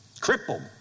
Crippled